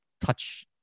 touch